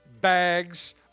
bags